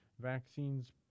vaccines